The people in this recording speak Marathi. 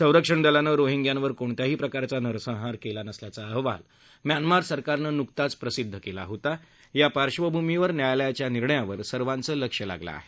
संरक्षण दलानं रोहिग्यांवर कोणत्याही प्रकारचा नरसंहार केला नसल्याचा अहवाल म्यामा सरकारनं न्कताच प्रसिद्ध केला होता त्या पार्श्वभूमीवर न्यायालयाच्या निर्णयावर सर्वाचं लक्ष लागलं आहे